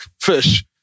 fish